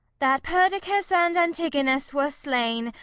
that perdiccas and antigonus, were slain,